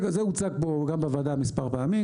זה הוצג פה גם בוועדה מספר פעמים.